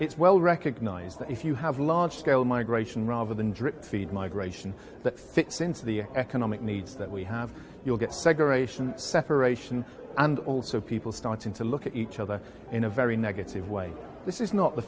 it's well recognised that if you have large scale migration rather than drip feed migration that fits into the economic needs that we have you'll get segregation separation and also people starting to look at each other in a very negative way this is not the